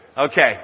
Okay